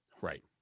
right